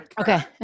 Okay